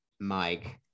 mike